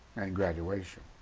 and graduation.